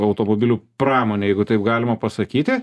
automobilių pramonėj jeigu taip galima pasakyti